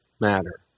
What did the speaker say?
matter